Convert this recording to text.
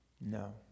No